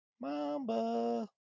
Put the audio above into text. Mamba